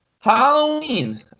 Halloween